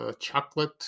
chocolate